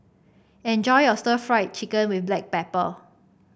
enjoy your stir Fry Chicken with Black Pepper